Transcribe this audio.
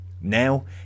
Now